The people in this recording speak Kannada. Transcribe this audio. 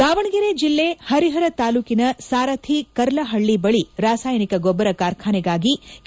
ದಾವಣಗೆರೆ ಜಿಲ್ಲೆ ಪರಿಹರ ತಾಲ್ಲೂಕಿನ ಸಾರಥಿ ಕರ್ಲಹಳ್ಳಿ ಬಳಿ ರಾಸಾಯನಿಕ ಗೊಬ್ಬರ ಕಾರ್ಖಾನೆಗಾಗಿ ಕೆ